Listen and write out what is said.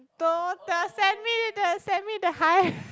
don't t~ send me the send me the high